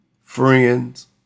friends